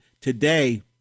today